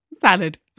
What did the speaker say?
salad